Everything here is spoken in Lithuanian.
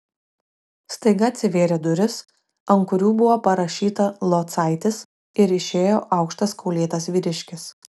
staiga atsivėrė durys ant kurių buvo parašyta locaitis ir išėjo aukštas kaulėtas vyriškis